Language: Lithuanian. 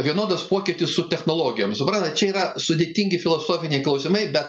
vienodas pokytis su technologijomis suprantat čia yra sudėtingi filosofiniai klausimai bet